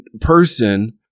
person